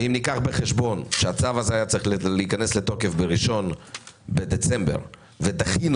ואם ניקח בחשבון שהצו הזה הי הצריך להיכנס לתוקף ב-1 בדצמבר ודחינו